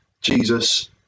Jesus